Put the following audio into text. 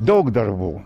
daug darbų